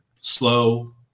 slow